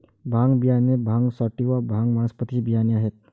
भांग बियाणे भांग सॅटिवा, भांग वनस्पतीचे बियाणे आहेत